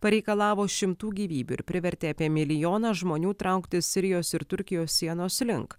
pareikalavo šimtų gyvybių ir privertė apie milijoną žmonių trauktis sirijos ir turkijos sienos link